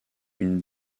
une